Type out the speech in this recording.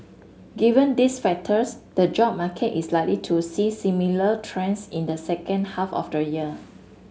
given these factors the job market is likely to see similar trends in the second half of the year